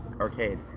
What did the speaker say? arcade